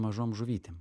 mažom žuvytėm